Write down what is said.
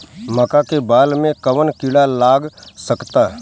मका के बाल में कवन किड़ा लाग सकता?